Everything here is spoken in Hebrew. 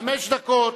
חמש דקות,